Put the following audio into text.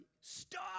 stop